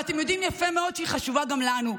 ואתם יודעים יפה מאוד שהיא חשובה גם לנו,